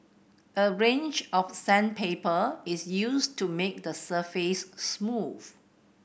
a range of sandpaper is used to make the surface smooth